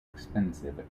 expensive